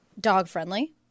dog-friendly